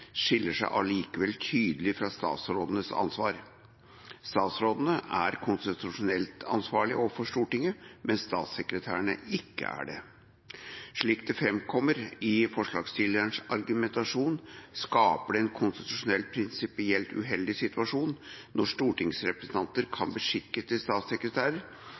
skiller seg allikevel tydelig fra statsrådenes ansvar. Statsrådene er konstitusjonelt ansvarlig overfor Stortinget, mens statssekretærene ikke er det. Slik det framkommer i forslagsstillernes argumentasjon, skaper det en konstitusjonelt prinsipielt uheldig situasjon når stortingsrepresentanter som beskikkes til